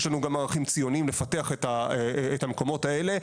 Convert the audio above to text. יש לנו גם ערכים ציונים לפתח את המקומות האלו.